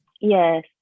Yes